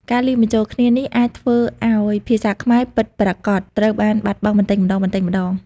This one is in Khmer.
ការលាយបញ្ចូលគ្នានេះអាចធ្វើឱ្យភាសាខ្មែរពិតប្រាកដត្រូវបានបាត់បង់បន្តិចម្តងៗ។